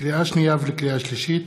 לקריאה שנייה ולקריאה שלישית,